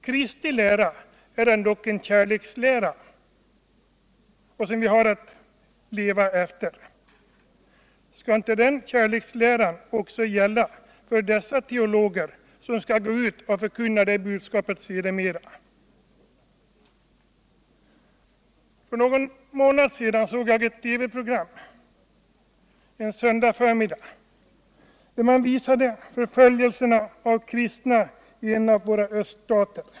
Kristi lära är ändock en kärlekslära, som vi har att leva efter. Skall inte den kärleksläran gälla också för dessa teologer, som sedermera skall gå ut för att förkunna det budskapet? För någon månad sedan såg jag ett TV-program en söndagsförmiddag, vilket visade förföljelserna av kristna i en av öststaterna.